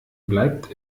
bleibt